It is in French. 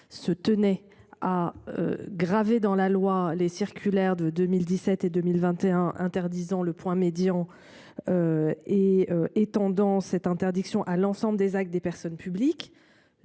s’en tenait à graver dans le marbre de la loi les circulaires de 2017 et de 2021 interdisant le point médian et étendant cette interdiction à l’ensemble des actes des personnes publiques,